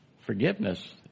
Forgiveness